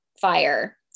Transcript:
fire